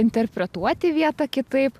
interpretuoti vietą kitaip